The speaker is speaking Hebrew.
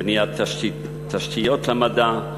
בניית תשתיות למדע,